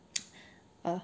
uh